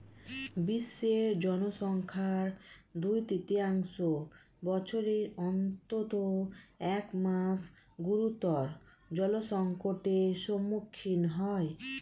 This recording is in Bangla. বিশ্বের জনসংখ্যার দুই তৃতীয়াংশ বছরের অন্তত এক মাস গুরুতর জলসংকটের সম্মুখীন হয়